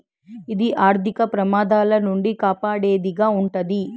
ఇది ఆర్థిక ప్రమాదాల నుండి కాపాడేది గా ఉంటది